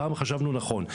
פעם חשבנו נכון.